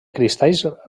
cristalls